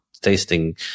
tasting